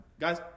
Guys